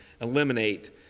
eliminate